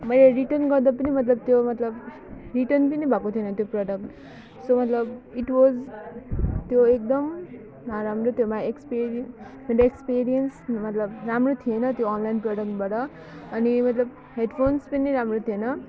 मैले रिटर्न गर्दा पनि मतलब त्यो मतलब रिटर्न पनि भएको थिएन त्यो प्रडक्ट सो मतलब इट् वाज त्यो एकदम नराम्रो त्यसमा एक्सपेरी मेरो एक्सपिरियन्स मतलब राम्रो थिएन त्यो अनलाइन प्रडक्टबाट अनि मतलब हेडफोन्स पनि राम्रो थिएन